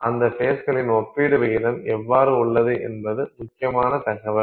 அந்த ஃபேஸ்களின் ஒப்பீட்டு விகிதம் எவ்வாறு உள்ளது என்பது முக்கியமான தகவல்